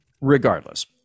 Regardless